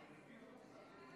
כן.